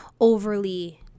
overly